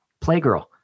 Playgirl